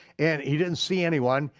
and he didn't see anyone,